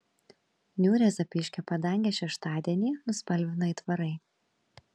niūrią zapyškio padangę šeštadienį nuspalvino aitvarai